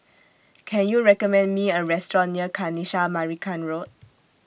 Can YOU recommend Me A Restaurant near Kanisha Marican Road